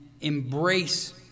embrace